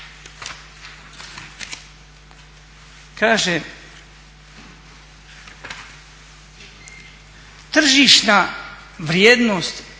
kaže tržišna vrijednost